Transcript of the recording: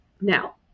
Now